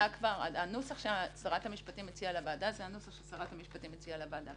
הנוסח ששרת המשפטים הציעה לוועדה זה הנוסח ששרת המשפטים הציעה לוועדה.